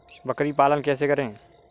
बकरी पालन कैसे करें?